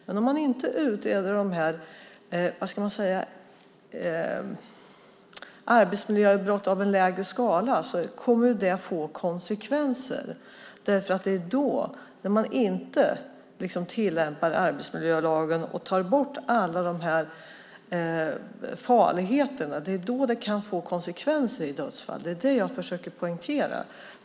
Men utreder man inte arbetsmiljöbrott av en lägre skala kommer det att få konsekvenser, för det är när man inte tillämpar arbetsmiljölagen och tar bort alla farligheter som konsekvensen kan bli dödsfall. Det är det jag försöker poängtera.